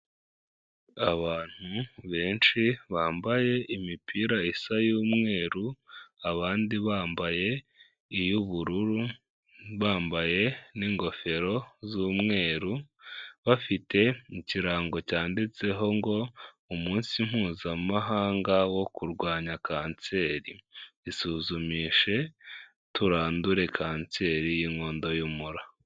Abantu benshi bambaye imipira isa y'umweru, abandi bambaye iy'ubururu, bambaye n'gofero z'umweru, bafite ikirango cyanditseho ngo ''umunsi mpuzamahanga wo kurwanya kanseri, isuzumishe turandure kanseri y'inkondo y'umura''.